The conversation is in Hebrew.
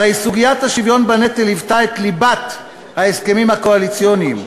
הרי סוגיית השוויון בנטל היוותה את ליבת ההסכמים הקואליציוניים,